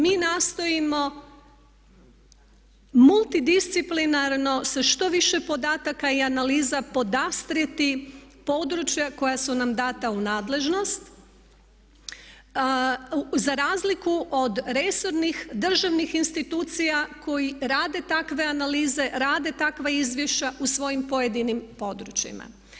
Mi nastojimo multidisciplinarno sa što više podataka i analiza podastrijeti područja koja su nam dana u nadležnost, za razliku od resornih državnih institucija koje rade takve analize, rade takva izvješća u svojim pojedinim područjima.